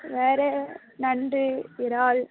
வேறு நண்டு இறால்